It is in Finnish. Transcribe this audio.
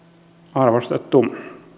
arvostettu